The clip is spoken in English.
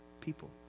people